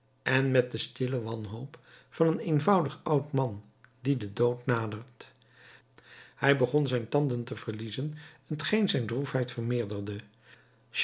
en met de stille wanhoop van een eenvoudig oud man die den dood nadert hij begon zijn tanden te verliezen t geen zijn droefheid vermeerderde